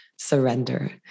surrender